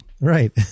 Right